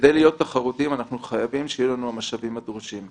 כדי להיות תחרותיים אנחנו חייבים שיהיו לנו המשאבים הדרושים.